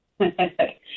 Okay